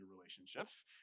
relationships